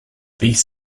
these